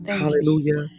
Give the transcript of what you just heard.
hallelujah